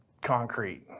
concrete